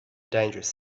dangerous